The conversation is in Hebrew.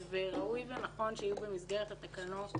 ראוי ונכון שיהיו גם במסגרת התקנות